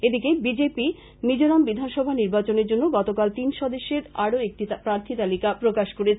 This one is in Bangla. এদিকে বিজেপি মিজোরাম বিধানসভা নির্বাচনের জন্য গতকাল তিন সদস্যের আরো একটি প্রার্থী তালিকা প্রকাশ করেছে